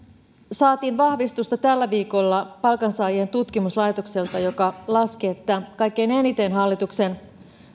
saatiin vahvistusta tällä viikolla palkansaajien tutkimuslaitokselta joka laski että kaikkein eniten hallituksen